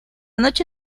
noche